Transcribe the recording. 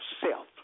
self